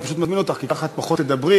אני מזמין אותך כי ככה את פחות תדברי,